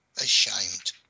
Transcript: ashamed